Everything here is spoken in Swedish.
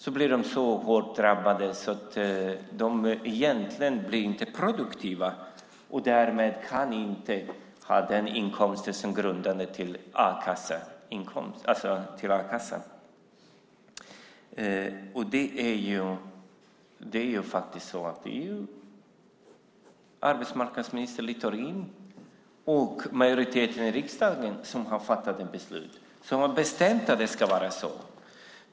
De blir hårt drabbade av att de egentligen inte är produktiva och inte kan ha en a-kassegrundande inkomst. Det är arbetsmarknadsminister Littorin och majoriteten i riksdagen som har fattat det beslutet och bestämt att det ska vara så.